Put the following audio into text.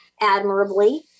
admirably